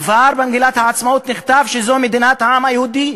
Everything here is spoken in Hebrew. כבר במגילת העצמאות נכתב שזו מדינת העם היהודי,